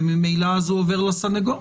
וממילא זה עובר לסנגור.